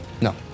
No